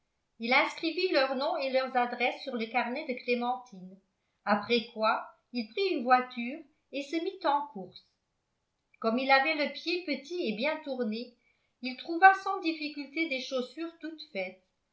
il inscrivit leurs noms et leurs adresses sur le carnet de clémentine après quoi il prit une voiture et se mit en course comme il avait le pied petit et bien tourné il trouva sans difficulté des chaussures toutes faites